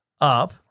up